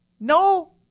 No